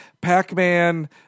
Pac-Man